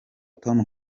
tom